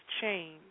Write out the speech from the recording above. change